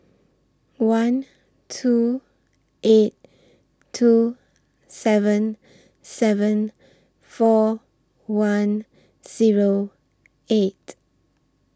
one two eight two seven seven four one Zero eight